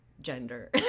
gender